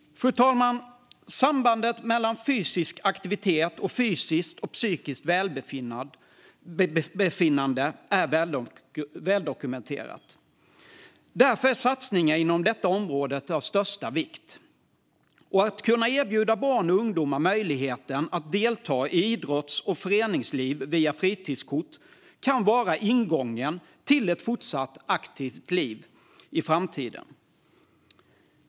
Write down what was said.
Fru talman! Sambandet mellan fysisk aktivitet och fysiskt och psykiskt välbefinnande är väldokumenterat. Därför är satsningar inom detta område av största vikt. Att erbjuda barn och ungdomar möjligheten att delta i idrotts och föreningsliv via fritidskort kan ge dem ingången till ett fortsatt aktivt liv i framtiden.